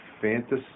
fantasy